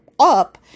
Up